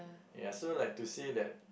ya so like to say that